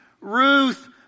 Ruth